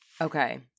Okay